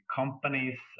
companies